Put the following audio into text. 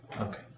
Okay